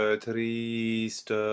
triste